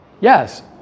yes